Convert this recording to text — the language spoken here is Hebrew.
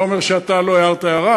אני לא אומר שאתה לא הערת הערה,